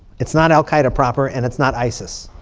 it's not al-qaeda proper. and it's not isis.